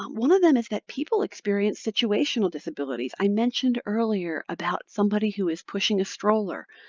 um one of them is that people experience situational disabilities. i mentioned earlier about somebody who is pushing a stroller.